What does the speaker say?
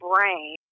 brain